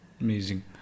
Amazing